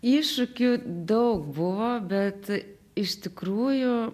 iššūkių daug buvo bet iš tikrųjų